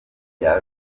bya